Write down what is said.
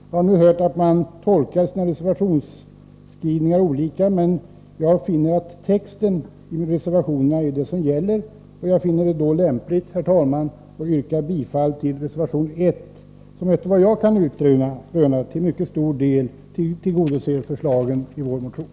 Jag har nu hört att man tolkar sina reservationsskrivningar olika, men jag finner att texten i reservationerna är det som gäller. Jag finner det då lämpligt, herr talman, att yrka bifall till reservation 1, som, såvitt jag kan utröna, till mycket stor del tillgodoser förslagen i vår motion.